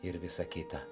ir visą kitą